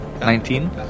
Nineteen